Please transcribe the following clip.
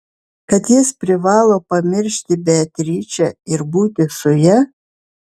kad jis privalo pamiršti beatričę ir būti su ja